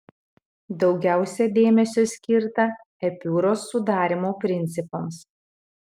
daugiausia dėmesio skirta epiūros sudarymo principams